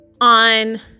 on